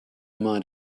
mind